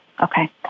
Okay